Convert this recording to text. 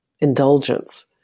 indulgence